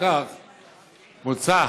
מוצע